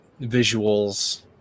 visuals